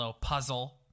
puzzle